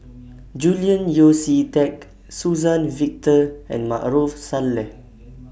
Julian Yeo See Teck Suzann Victor and Maarof Salleh